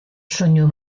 soinu